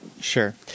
Sure